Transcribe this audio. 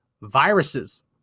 viruses